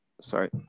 Sorry